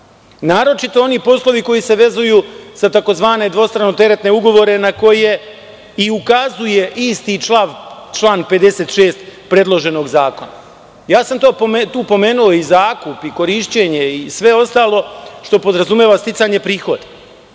naročito oni poslovi koji se vezuju za tzv. dvostrano-teretne ugovore, na koje i ukazuje isti član 56. predloženog zakona. Tu sam pomenuo i zakup, korišćenje i sve ostalo što podrazumeva sticanje prihoda